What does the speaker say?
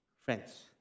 friends